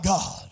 God